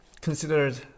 Considered